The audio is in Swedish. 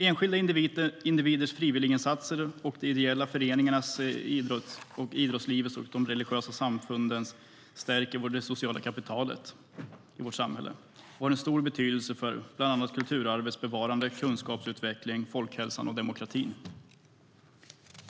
Enskilda individers frivilliginsatser och de ideella föreningarna, idrottslivet och de religiösa samfunden stärker det sociala kapitalet i vårt samhälle och har en stor betydelse för bland annat kulturarvets bevarande, kunskapsutvecklingen, folkhälsan och demokratin.